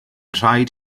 rhaid